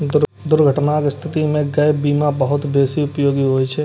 दुर्घटनाक स्थिति मे गैप बीमा बहुत बेसी उपयोगी होइ छै